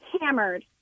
hammered